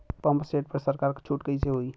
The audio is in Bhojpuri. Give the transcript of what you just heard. पंप सेट पर सरकार छूट कईसे होई?